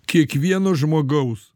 kiekvieno žmogaus